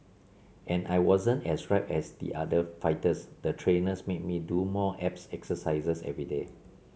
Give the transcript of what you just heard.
as I wasn't as ripped as the other fighters the trainers made me do more abs exercises everyday